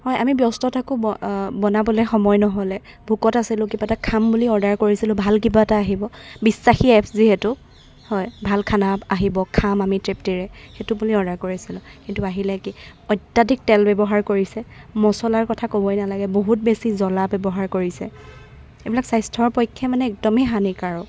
হয় আমি ব্যস্ত থাকোঁ বনাবলৈ সময় নহ'লে ভোকত আছিলো কিবা এটা খাম বুলি অৰ্ডাৰ কৰিছিলো ভাল কিবা এটা আহিব বিশ্বাসী এপছ যিহেতু হয় ভাল খানা আহিব খাম আমি তৃপ্তিৰে সেইটো বুলি অৰ্ডাৰ কৰিছিলো কিন্তু আহিলে কি অত্যাধিক তেল ব্যৱহাৰ কৰিছে মচলাৰ কথা ক'বই নালাগে বহুত বেছি জ্বলা ব্যৱহাৰ কৰিছে এইবিলাক স্বাস্থ্যৰ পক্ষ্যেই মানে একদমেই হানিকাৰক